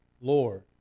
Lord